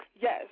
Yes